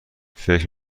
فکر